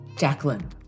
Jacqueline